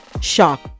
Shock